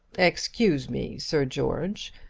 excuse me, sir george,